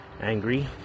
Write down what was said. angry